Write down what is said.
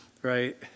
right